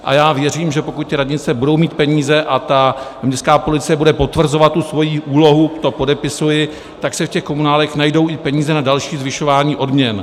A já věřím, že pokud radnice budou mít peníze a ta městská policie bude potvrzovat tu svoji úlohu, to podepisuji, tak se v těch komunálech najdou i peníze na další zvyšování odměn.